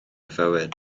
fywyd